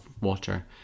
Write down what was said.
water